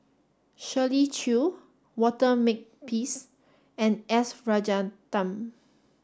Shirley Chew Walter Makepeace and S Rajaratnam